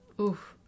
Oof